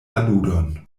aludon